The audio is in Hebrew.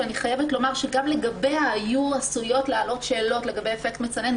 שאני חייבת להגיד שגם לגביה היו עשויות לעלות שאלות לגבי אפקט מצנן,